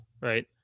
right